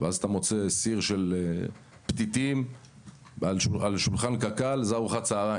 ואז אתה מוצא סיר של פתיתים על שולחן קק"ל וזאת ארוחת צוהריים.